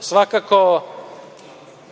Svakako